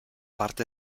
parte